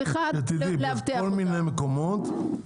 אז צריך לאבטח אותם.